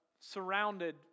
Surrounded